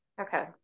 okay